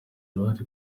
uruhare